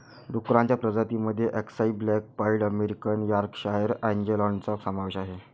डुक्करांच्या प्रजातीं मध्ये अक्साई ब्लॅक पाईड अमेरिकन यॉर्कशायर अँजेलॉनचा समावेश आहे